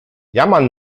jammern